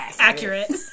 Accurate